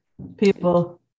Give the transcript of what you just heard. people